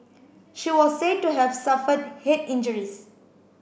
she was said to have suffered head injuries